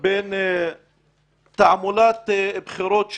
בין תעמולת בחירות,